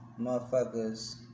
motherfuckers